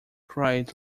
cried